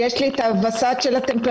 יש לי הווסת של הטמפרטורה.